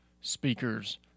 speakers